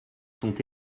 sont